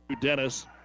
Dennis